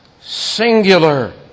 singular